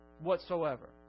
whatsoever